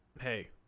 Hey